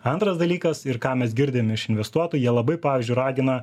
antras dalykas ir ką mes girdim iš investuotojų jie labai pavyzdžiui ragina